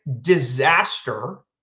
disaster